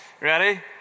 ready